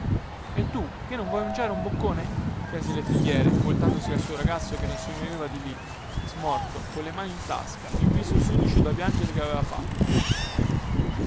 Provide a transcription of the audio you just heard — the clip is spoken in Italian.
e tu che non vuoi mangiare un boccone chiese il lettighiere voltandosi al suo ragazzo che non si moveva di lì smorto colle mani in tasca e il viso sudicio dal piangere che aveva fatto